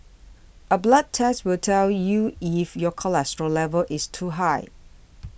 a blood test will tell you if your cholesterol level is too high